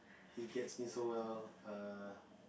he gets me so well err